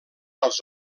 als